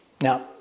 Now